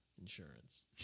insurance